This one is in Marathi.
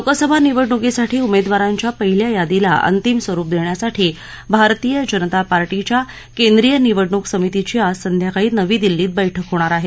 लोकसभा निवडणुकीसाठी उमेदवारांच्या पहिल्या यादीला अंतिम स्वरूप देण्यासाठी भारतीय जनता पार्टीच्या केंद्रीय निवडणूक समितिची आज संध्याकाळी नवी दिल्लीत बैठक होणार आहे